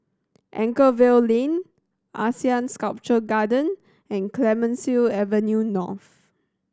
Anchorvale Lane ASEAN Sculpture Garden and Clemenceau Avenue North